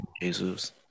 Jesus